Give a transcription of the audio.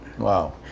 Wow